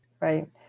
right